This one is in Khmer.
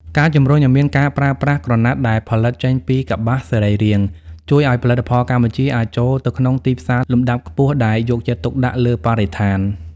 ការជំរុញឱ្យមានការប្រើប្រាស់ក្រណាត់ដែលផលិតចេញពីកប្បាសសរីរាង្គ ជួយឱ្យផលិតផលកម្ពុជាអាចចូលទៅក្នុងទីផ្សារលំដាប់ខ្ពស់ដែលយកចិត្តទុកដាក់លើបរិស្ថាន។